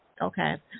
okay